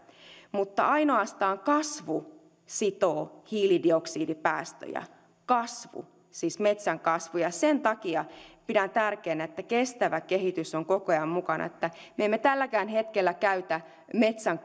mutta ainoastaan kasvu sitoo hiilidioksidipäästöjä siis metsän kasvu ja sen takia pidän tärkeänä että kestävä kehitys on koko ajan mukana me emme tälläkään hetkellä käytä edes metsän